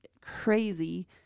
crazy